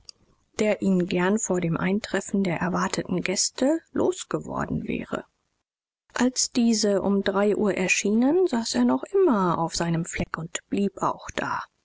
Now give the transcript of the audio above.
der ihn gern vor dem eintreffen der erwarteten gäste losgeworden wäre als diese um drei uhr erschienen saß er noch immer auf seinem fleck und blieb auch da